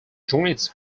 joins